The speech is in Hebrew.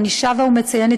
ואני שבה ומציינת,